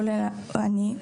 כולל אני,